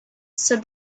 said